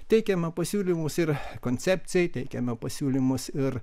teikėme pasiūlymus ir koncepcijai teikėme pasiūlymus ir